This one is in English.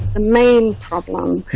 the main problem